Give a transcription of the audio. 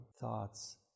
thoughts